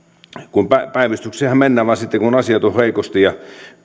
kun päivystykseenhän mennään vain sitten kun asiat ovat heikosti ja